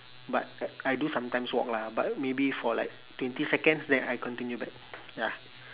but I I do sometimes walk lah but maybe for like twenty seconds then I continue back ya